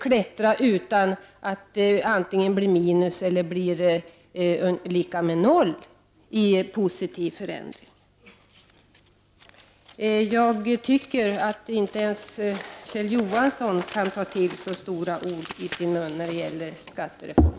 Resultatet för dem blir antingen minus eller lika med noll. Inte ens Kjell Johansson har anledning att ta till så stora ord när det gäller skattereformen.